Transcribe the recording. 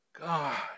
God